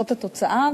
זאת התוצאה,